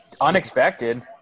Unexpected